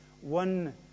one